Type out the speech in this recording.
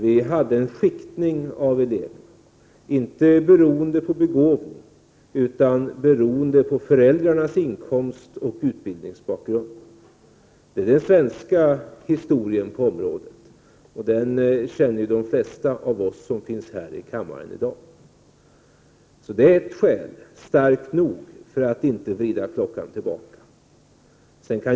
Vi hade en skiktning av eleverna, inte beroende på begåvning utan beroende på föräldrarnas inkomstoch utbildningsbakgrund. Det är den svenska historien på området. Den känner de flesta av oss som finns här i kammaren i dag till. Det är ett skäl, starkt nog, för att inte vrida klockan tillbaka.